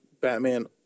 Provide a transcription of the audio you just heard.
Batman